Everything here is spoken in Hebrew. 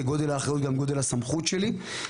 כגודל האחריות גם גודל הסמכות שלי.